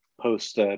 post